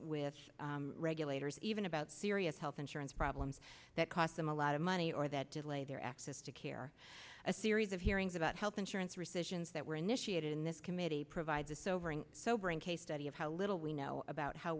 with regulators even about serious health insurance problems that cost them a lot of money or that delay their access to care a series of hearings about health insurance rescissions that were initiated in this committee provide the sobering sobering case study of how little we know about how